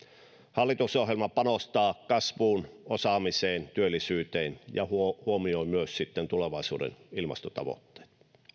hallitusohjelma panostaa kasvuun osaamiseen työllisyyteen ja huomioi myös sitten tulevaisuuden ilmastotavoitteet